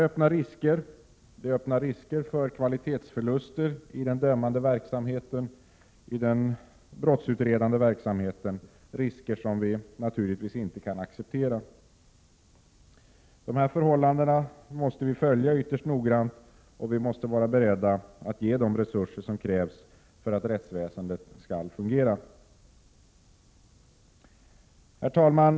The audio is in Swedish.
Detta öppnar risker för kvalitetsförluster i den brottsutredande och dömande verksamheten — risker som vi naturligtvis inte kan acceptera. De här förhållandena måste vi följa ytterst noggrant, och vi måste vara beredda att ge de resurser som krävs för att rättsväsendet skall fungera. Herr talman!